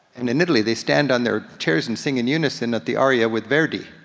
and in italy they stand on their chairs and sing in unison at the aria with verdi.